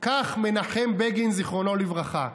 כך מנחם בגין, זכרו לברכה.